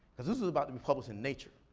cause this was about to be published in nature.